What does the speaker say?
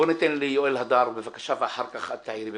בואו ניתן ליואל הדר, בבקשה, ואחר כך את תעירי.